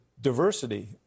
diversity